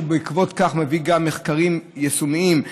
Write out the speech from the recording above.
שבעקבות כך מביא גם מחקרים יישומיים.